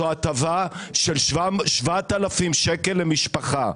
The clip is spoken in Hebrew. זו הטבה של 7,000 שקל למשפחה,